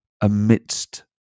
amidst